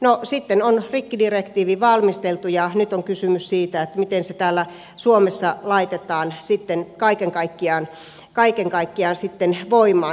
no sitten on rikkidirektiivi valmisteltu ja nyt on kysymys siitä miten se täällä suomessa laitetaan sitten kaiken kaikkiaan voimaan